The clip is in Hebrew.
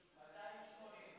נגד, שמונה,